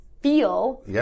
feel